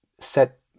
set